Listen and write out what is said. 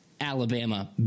Alabama